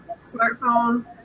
smartphone